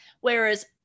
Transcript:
Whereas